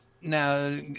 Now